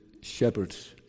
shepherds